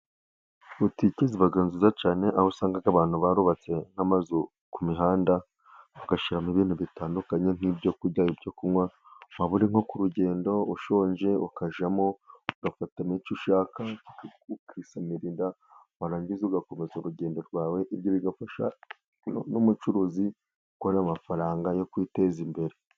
Butike iba nziza cyane, aho usanga abantu barubatse nk'amazu ku mihanda, bagashyiramo ibintu bitandukanye, nk'ibyo kurya, ibyo kunywa, waba uri nko ku rugendo ushonje, ukajyamo ugafatamo icyo ushaka, ukisamira inda. Warangiza ugakomeza urugendo rwawe. Ibyo bigafasha n'umucuruzi gukorera amafaranga yo kwiteza imbere.